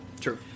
True